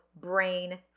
brain